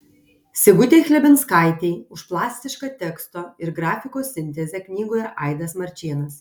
sigutei chlebinskaitei už plastišką teksto ir grafikos sintezę knygoje aidas marčėnas